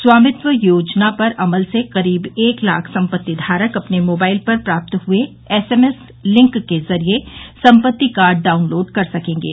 स्वामित्व योजना पर अमल से करीब एक लाख संपत्ति धारक अपने मोबाइल पर प्राप्त हुए एसएमएस लिंक के जरिये संपत्ति कार्ड डाउनलोड कर सकेंगे